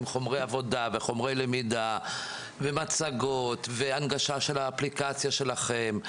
עם חומרי עבודה וחומרי למידה ומצגות והנגשה של האפליקציה שלכם,